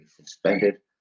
suspended